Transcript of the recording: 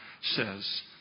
says